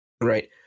Right